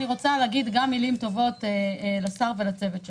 אני רוצה להגיד גם מילים טובות לשר ולצוות שלו.